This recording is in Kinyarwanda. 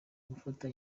gufata